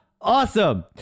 Awesome